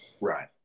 Right